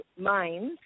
minds